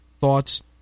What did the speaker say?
thoughts